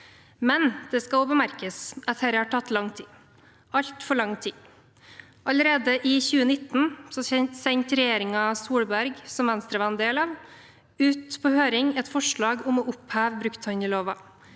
Det skal også bemerkes at dette har tatt lang tid – altfor lang tid. Allerede i 2019 sendte regjeringen Solberg, som Venstre var en del av, ut på høring et forslag om å oppheve brukthandelloven.